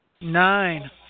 Nine